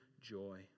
joy